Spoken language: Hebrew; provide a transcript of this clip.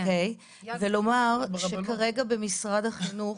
אוקיי, ולומר שכרגע במשרד החינוך